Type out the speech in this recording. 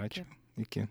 ačiū iki